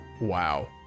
wow